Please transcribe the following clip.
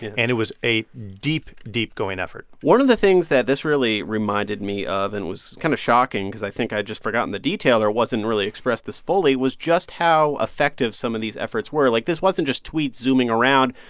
and it was a deep, deep going effort one of the things that this really reminded me of and was kind of shocking cause i think i'd just forgotten the detail, or it wasn't really expressed this fully was just how effective some of these efforts were. like, this wasn't just tweets zooming around.